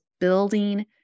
building